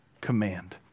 command